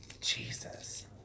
Jesus